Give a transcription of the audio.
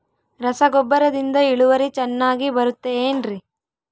ರಸಗೊಬ್ಬರದಿಂದ ಇಳುವರಿ ಚೆನ್ನಾಗಿ ಬರುತ್ತೆ ಏನ್ರಿ?